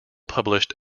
published